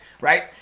right